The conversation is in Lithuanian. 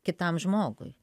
kitam žmogui